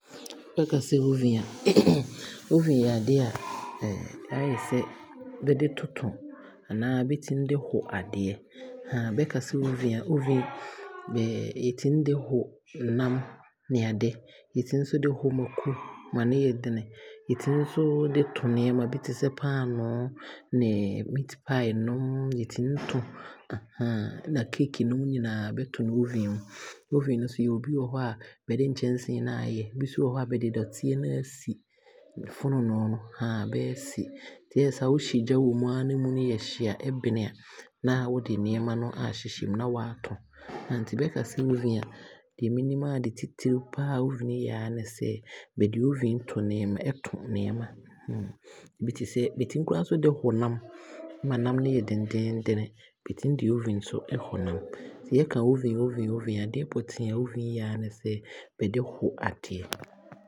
Bɛkasɛ oven a, oven yɛ adeɛ a ayɛsɛ bɛɛtoto anaa bɛtumi de ho adeɛ bɛkasɛ Oven a, oven yɛtumi de ho nam ne ade. Yɛtumi nso de ho mako ma no yɛ sene. Yɛtumi nso de to nneɛma bi te sɛ; paanoo ne meatpie nom, yɛtumi to nna cake nom yɛwɔ bi wɔ hɔ a bɛde dɔteɛ na aasi fononoo no baasi. Nti ayɛ saa a wohyɛ gya wɔ mu aa na mu he yɛ hye a, ɛbene a, naa wode nneɛma no aahyehyɛ mu na waato nti bɛkasɛ oven a, deɛ menim aa ade titire a oven yɛ aa ne sɛbɛde oven to nneɛma. Bi te sɛ, bɛtumi koraa nso de ho nam ma nam no yɛ dennenen, bɛtumi de oven nso ho nam. Yɛka oven oven a, adeɛ pɔtee a oven yɛ aa ne sɛ bɛde ho adeɛ.